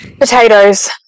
Potatoes